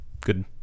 Good